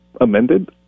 amended